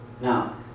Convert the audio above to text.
Now